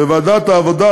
בוועדת העבודה,